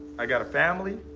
i've got a family.